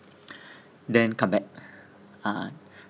then come back ah